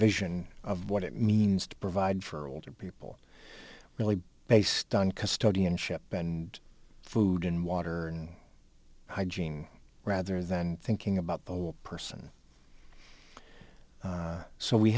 vision of what it means to provide for older people really based on custodianship and food and water hygiene rather than thinking about the person so we